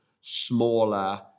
smaller